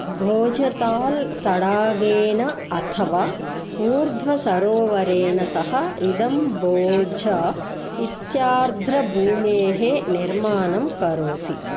भोजताल् तडागेन अथवा ऊर्ध्वसरोवरेण सह इदं बोझ इत्यार्द्रभूमेः निर्माणं करोति